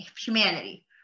humanity